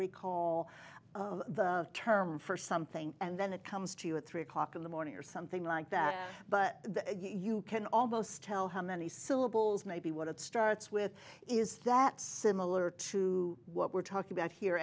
recall the term for something and then it comes to you at three o'clock in the morning or something like that but you can almost tell how many syllables maybe what it starts with is that similar to what we're talking about here